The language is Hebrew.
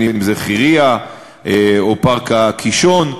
אם חירייה או פארק הקישון.